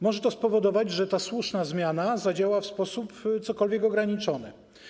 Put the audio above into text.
Może to spowodować, że ta słuszna zmiana zadziała w sposób cokolwiek ograniczony.